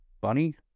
Bunny